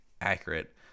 accurate